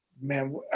man